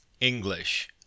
English